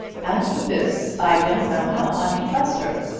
after this i don't know how i'm to trust her.